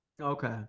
Okay